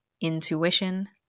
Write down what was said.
intuition